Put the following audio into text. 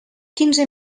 quinze